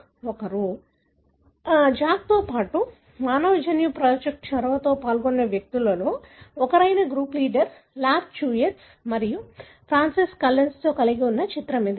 కాబట్టి జాక్తో పాటు మానవ జన్యు ప్రాజెక్ట్ చొరవలో పాల్గొన్న వ్యక్తులలో ఒకరైన group leader Lap Chee Tsui మరియు ఫ్రాన్సిస్ కాలిన్స్తో కలిసి ఉన్న చిత్రమిది